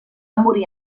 morir